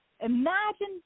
Imagine